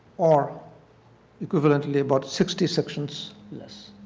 or equivalently about sixty sections less.